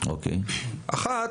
אחת,